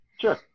Sure